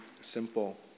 simple